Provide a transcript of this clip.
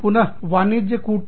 पुन वाणिज्य कूटनीति